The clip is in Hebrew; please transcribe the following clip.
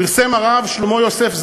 פרסם הרב שלמה יוסף זווין,